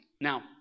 Now